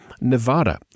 Nevada